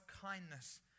kindness